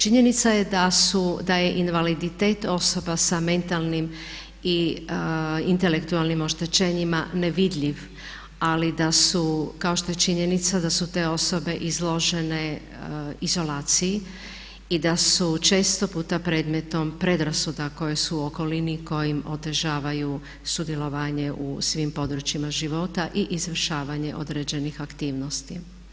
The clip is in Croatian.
Činjenica je da je invaliditet osoba sa mentalnim i intelektualnim oštećenjima nevidljiv ali da su, kao što je činjenica da su te osobe izložene izolaciji i da su često puta predmetom predrasuda koje su u okolini i koje im otežavaju sudjelovanje u svim područjima života i izvršavanje određenih aktivnosti.